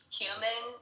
human